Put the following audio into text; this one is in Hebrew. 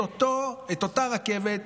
את אותה רכבת,